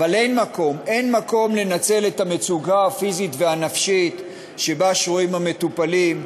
אין מקום לנצל את המצוקה הפיזית והנפשית שבה שרויים המטופלים,